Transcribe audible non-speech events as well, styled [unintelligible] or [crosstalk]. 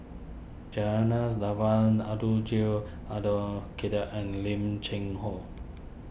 [unintelligible] Devan Abdul Jill Abdul Kadir and Lim Cheng Hoe